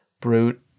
brute